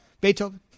Beethoven